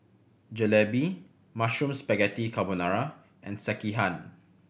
Jalebi Mushroom Spaghetti Carbonara and Sekihan